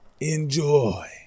enjoy